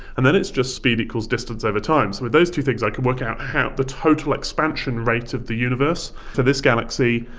and then it's just speed equals distance over time. so with those two things i can work out the total expansion rate of the universe. for this galaxy,